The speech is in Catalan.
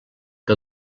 que